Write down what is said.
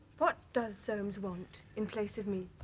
what does soames want in place of me?